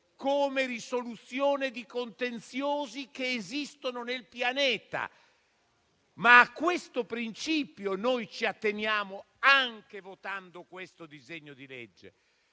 come risoluzione dei contenziosi che esistono nel pianeta. A questo principio, però, ci atteniamo anche votando il presente disegno di legge,